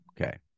Okay